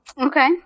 Okay